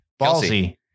Ballsy